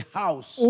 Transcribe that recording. house